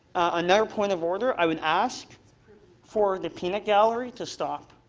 another point of order i would ask for the peanut gallery to stop.